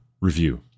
review